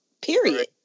Period